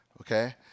Okay